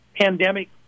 pandemic